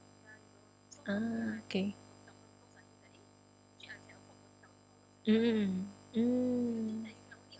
ah okay mm mm mm mm